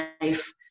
life